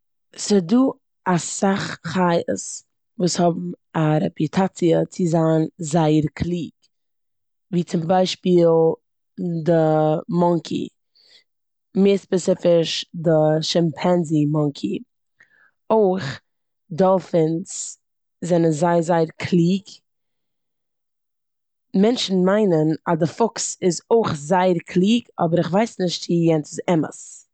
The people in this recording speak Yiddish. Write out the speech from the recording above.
ס'דא אסאך חיות וואס האבן א רעפוטאציע צו זיין זייער קלוג, ווי צום ביישפייל די מאנקי, מער ספעציפיש די טשימפאנזי מאנקי. אויך דאלפינס זענען זייער זייער קלוג. מענטשן מיינען א די פוקס איז אויך זייער קלוג אבער איך ווייס נישט צו יענס איז אמת.